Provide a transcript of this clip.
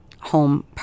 home